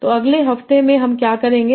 तो अगले हफ्ते में हम क्या करेंगे